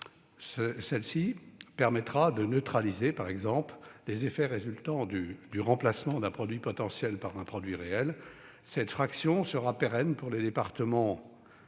laquelle permettra de neutraliser, par exemple, les effets du remplacement d'un produit potentiel par un produit réel. Cette fraction sera pérenne pour les départements